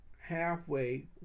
halfway